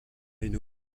une